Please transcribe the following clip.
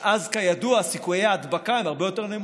שאז, כידוע, סיכויי ההדבקה הם הרבה יותר נמוכים?